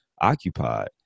occupied